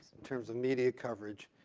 terms of media coverage,